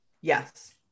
yes